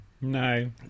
No